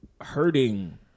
hurting